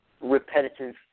Repetitive